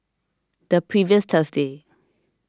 the previous Thursday